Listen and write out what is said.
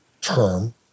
term